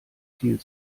viel